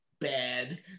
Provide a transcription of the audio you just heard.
bad